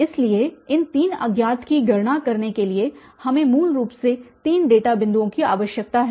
इसलिए इन तीन अज्ञात की गणना करने के लिए हमें मूल रूप से तीन डेटा बिंदुओं की आवश्यकता होती है